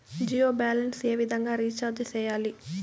Jio balance ఏ విధంగా recharge సేయాలి?